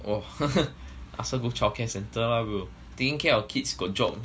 !wah! ask her go childcare centre ah bro taking care of kids got job